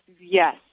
yes